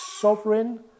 sovereign